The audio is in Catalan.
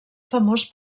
famós